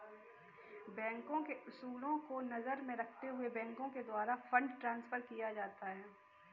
बैंकों के उसूलों को नजर में रखते हुए बैंकों के द्वारा फंड ट्रांस्फर किया जाता है